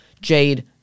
jade